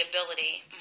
ability